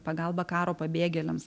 pagalba karo pabėgėliams